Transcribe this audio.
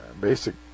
basic